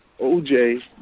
OJ